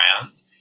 brand